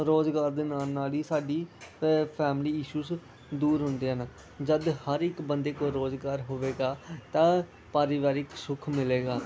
ਰੁਜ਼ਗਾਰ ਦੇ ਨਾਲ ਨਾਲ ਹੀ ਸਾਡੀ ਫੈਮਲੀ ਇਸ਼ੂਜ ਦੂਰ ਹੁੰਦੇ ਹਨ ਜਦ ਹਰ ਇੱਕ ਬੰਦੇ ਕੋਲ ਰੁਜ਼ਗਾਰ ਹੋਵੇਗਾ ਤਾਂ ਪਰਿਵਾਰਿਕ ਸੁੱਖ ਮਿਲੇਗਾ